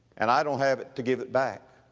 and i don't have it to give it back.